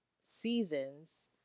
seasons